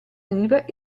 arriva